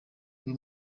uyu